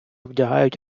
вдягають